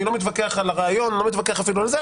אני לא מתווכח על הרעיון ולא מתווכח אפילו על זה,